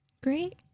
Great